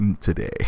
today